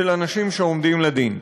של אנשים שעומדים לדין.